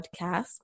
podcast